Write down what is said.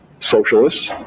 socialists